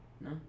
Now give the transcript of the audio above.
No